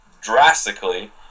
drastically